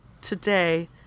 today